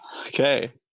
okay